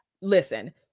listen